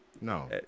No